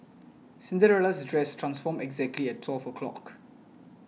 Cinderella's dress transformed exactly at twelve o'clock